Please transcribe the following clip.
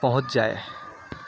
پہنچ جائے